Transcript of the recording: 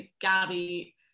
Gabby